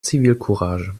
zivilcourage